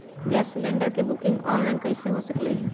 Gas cylinder के booking online कईसे हो सकलई ह?